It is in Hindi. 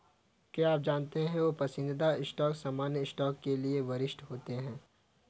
क्या आप जानते हो पसंदीदा स्टॉक सामान्य स्टॉक के लिए वरिष्ठ होते हैं?